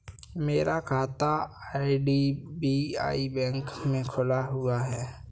मेरा खाता IDBI bank में खुला हुआ है